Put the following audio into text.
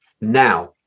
now